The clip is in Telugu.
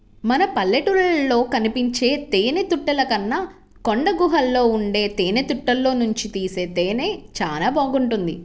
మన పల్లెటూళ్ళలో కనిపించే తేనెతుట్టెల కన్నా కొండగుహల్లో ఉండే తేనెతుట్టెల్లోనుంచి తీసే తేనె చానా బాగుంటది